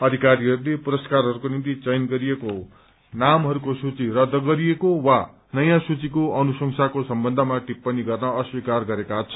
अधिकारीहरूले पुरस्कारहरूको निम्ति चयन गरिएको नामहरूको सूची रद्द गरिएको वा नयाँ सूचीको अनुशंसाको सम्बन्धमा टिपणी गर्न अस्वीकार गरेका छन्